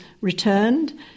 returned